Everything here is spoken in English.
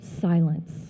silence